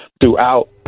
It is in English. throughout